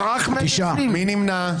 9 נמנעים,